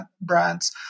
brands